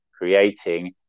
creating